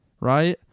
right